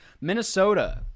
minnesota